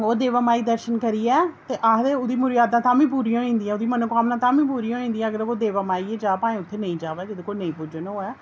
ते ओह् देवा माई दर्शन करियै आखदे ओह्दी मुरादां तां बी पूरियां होई जंदियां ऐ ओह्दी मनोकामना तां बी पूरी होई जंदियां अगर ओह् देवा माई जाए भाऐं उत्थें नेईं जाए जेह्दे कोला नेईं पुज्जन होऐ